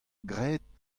graet